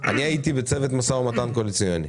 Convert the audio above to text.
אני הייתי בצוות משא ומתן קואליציוני,